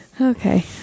Okay